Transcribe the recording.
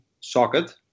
socket